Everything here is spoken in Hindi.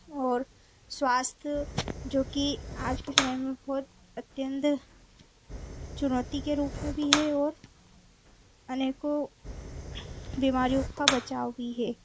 और स्वास्थ्य जो कि आज के समय में बहुत अत्यंत चुनौती के रूप में भी है और अनेकों बीमारियों के बचाव में भी है